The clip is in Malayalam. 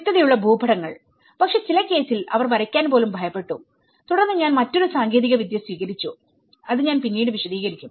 വ്യക്തതയുള്ള ഭൂപടങ്ങൾപക്ഷെ ചില കേസിൽ അവർ വരയ്ക്കാൻ പോലും ഭയപ്പെട്ടു തുടർന്ന് ഞാൻ മറ്റൊരു സാങ്കേതിക വിദ്യ സ്വീകരിച്ചു അത് ഞാൻ പിന്നീട് വിശദീകരിക്കും